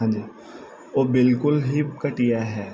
ਹਾਂਜੀ ਉਹ ਬਿਲਕੁਲ ਹੀ ਘਟੀਆ ਹੈ